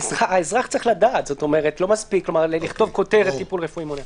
האזרח צריך לדעת ולא מספיק לכתוב כותרת "טיפול רפואי מונע".